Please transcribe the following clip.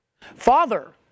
Father